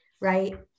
right